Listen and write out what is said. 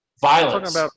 Violence